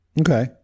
Okay